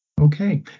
Okay